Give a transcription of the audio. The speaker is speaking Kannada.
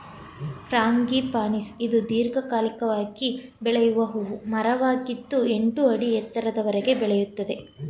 ಫ್ರಾಂಗಿಪನಿಸ್ ಇದು ದೀರ್ಘಕಾಲಿಕವಾಗಿ ಬೆಳೆಯುವ ಹೂ ಮರವಾಗಿದ್ದು ಎಂಟು ಅಡಿ ಎತ್ತರದವರೆಗೆ ಬೆಳೆಯುತ್ತದೆ